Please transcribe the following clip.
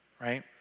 right